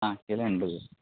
ആ കിലോ എൺപത്